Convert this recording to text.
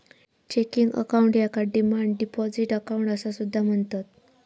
checking account याका demand deposit account असा सुद्धा म्हणतत